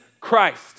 Christ